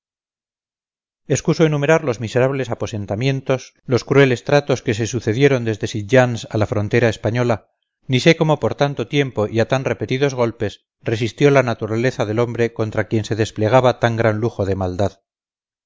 excuso enumerar los miserables aposentamientos los crueles tratos que se sucedieron desde sitjans a la frontera española ni sé cómo por tanto tiempo y a tan repetidos golpes resistió la naturaleza del hombre contra quien se desplegaba tan gran lujo de maldad